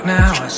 Now